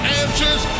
answers